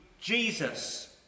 Jesus